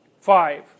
five